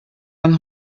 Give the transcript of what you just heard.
man